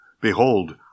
behold